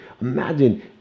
imagine